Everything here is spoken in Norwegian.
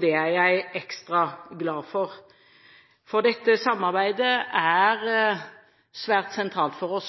Det er jeg ekstra glad for, for dette samarbeidet er svært sentralt for oss,